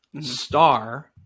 star